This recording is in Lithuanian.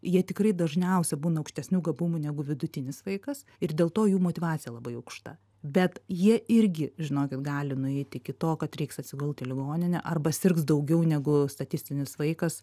jie tikrai dažniausia būna aukštesnių gabumų negu vidutinis vaikas ir dėl to jų motyvacija labai aukšta bet jie irgi žinokit gali nueiti iki to kad reiks atsigult į ligoninę arba sirgs daugiau negu statistinis vaikas